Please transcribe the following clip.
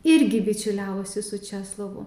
irgi bičiuliavosi su česlovu